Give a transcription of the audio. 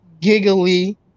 giggly